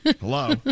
Hello